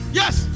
yes